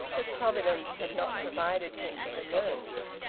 but providence had not provided him with a nurse.